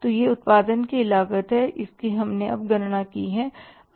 तो यह उत्पादन की लागत है इसकी हमने अब गणना की है